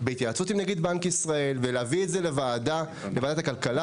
בהתייעצות עם נגיד בנק ישראל ובהבאת הנושא לוועדת הכלכלה.